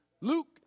Luke